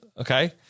okay